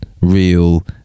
real